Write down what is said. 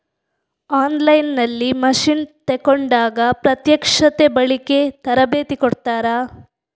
On line ನಲ್ಲಿ machine ತೆಕೋಂಡಾಗ ಪ್ರತ್ಯಕ್ಷತೆ, ಬಳಿಕೆ, ತರಬೇತಿ ಕೊಡ್ತಾರ?